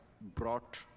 brought